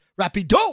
Rapido